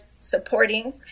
supporting